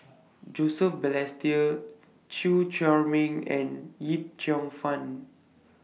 Joseph Balestier Chew Chor Meng and Yip Cheong Fun